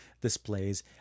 displays